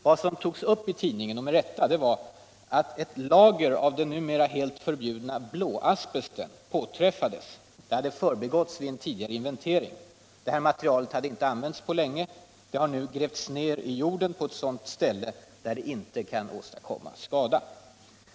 Vad som togs upp i tidningen — och med rätta — var att ett lager av den numera helt förbjudna blåasbesten påträffats. Det hade förbigåtts vid en tidigare inventering. Det här materialet hade inte använts på länge. Det har nu grävts ned i jorden på ett sådant ställe där det inte kan åstadkomma skada.